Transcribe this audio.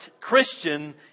Christian